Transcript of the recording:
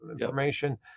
information